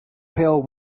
pail